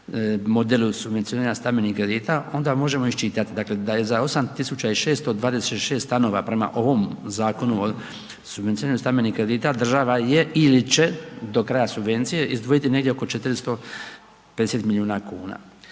modelu subvencioniranja stambenih kredita onda možemo iščitati dakle da je za 8626 stanova prema ovom Zakonu o subvencioniranju stambenih kredita država je ili će do kraja subvencije izdvojiti negdje oko 450 milijuna kuna.